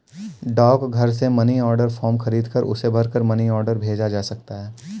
डाकघर से money order form खरीदकर उसे भरकर मनी ऑर्डर भेजा जा सकता है